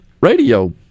radio